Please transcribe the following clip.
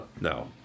No